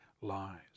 lies